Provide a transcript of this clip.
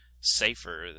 safer